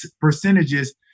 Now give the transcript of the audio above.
percentages